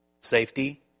Safety